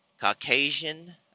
caucasian